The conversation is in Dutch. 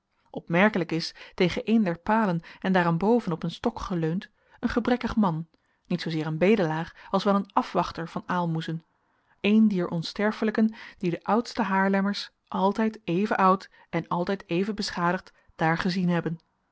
opmerkelijk is tegen een der palen en daarenboven op een stok geleund een gebrekkig man niet zoo zeer een bedelaar als wel een afwachter van aalmoezen een dier onsterfelijken die de oudste haarlemmers altijd even oud en altijd even beschadigd daar gezien hebben